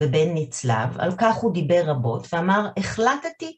ובן נצלב על כך הוא דיבר רבות ואמר החלטתי.